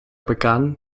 begann